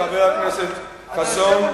חבר הכנסת חסון,